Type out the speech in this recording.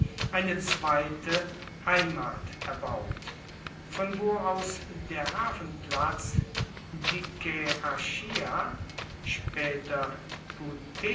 eine zweite heimat erbaut von wo aus der hafenplatz